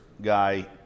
guy